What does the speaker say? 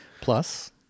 Plus